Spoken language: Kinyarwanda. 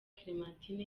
clementine